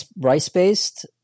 rice-based